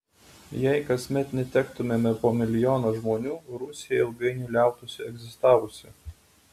jei kasmet netektumėme po milijoną žmonių rusija ilgainiui liautųsi egzistavusi